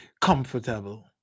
comfortable